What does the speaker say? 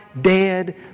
dead